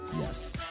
Yes